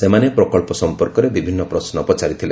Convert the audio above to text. ସେମାନେ ପ୍ରକଳ୍ପ ସଂପର୍କରେ ବିଭିନ୍ନ ପ୍ରଶ୍ନ ପଚାରିଥିଲେ